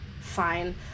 fine